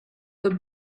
the